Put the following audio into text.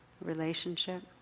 relationship